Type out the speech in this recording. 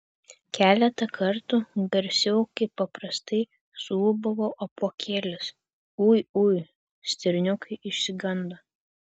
keletą kartų garsiau kaip paprastai suūbavo apuokėlis ui ui stirniukai išsigando